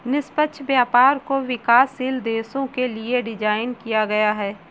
निष्पक्ष व्यापार को विकासशील देशों के लिये डिजाइन किया गया है